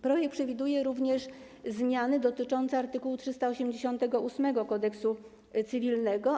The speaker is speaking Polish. Projekt przewiduje również zmiany dotyczące art. 388 Kodeksu cywilnego.